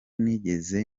nigeze